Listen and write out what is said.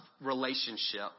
relationship